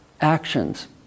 actions